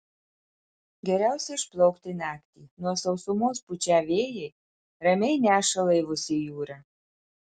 geriausia išplaukti naktį nuo sausumos pučią vėjai ramiai neša laivus į jūrą